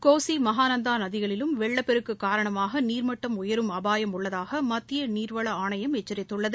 கோஷி மகாநந்தா நதிகளிலும் வெள்ளப்பெருக்கு காரணமாக நீாமட்டம் உயரும் அபாயம் உள்ளதாக மத்திய நீர்வள ஆணையம் எச்சரித்துள்ளது